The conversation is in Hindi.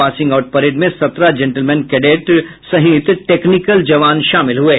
पासिंग आउट परेड में सत्रह जेंटलमैन कैडेट सहित टेक्निकल जवान शामिल हुये